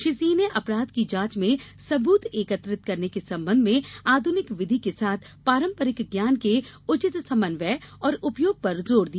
श्री सिंह ने अपराध की जांच में संबूत एकत्रित करने के संबंध में आध्निक विधि के साथ पारंपरिक ज्ञान के उचित समन्वय और उपयोग पर जोर दिया